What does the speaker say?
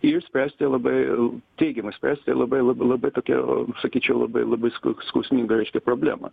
į jus spęsti labai teigiamai spręsti labai labai labai tokia sakyčiau labai labai skau skausminga reiškia problema